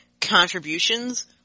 contributions